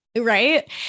Right